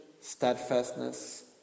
steadfastness